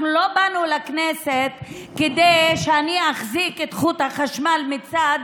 אנחנו לא באנו לכנסת כדי שאני אחזיק את חוט החשמל מצד